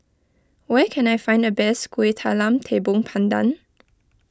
where can I find the best Kuih Talam Tepong Pandan